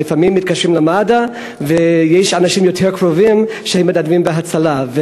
ולפעמים מתקשרים למד"א ויש אנשים שהם יותר קרובים שמתנדבים ב"הצלה",